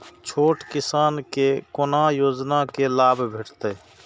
छोट किसान के कोना योजना के लाभ भेटते?